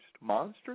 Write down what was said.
monster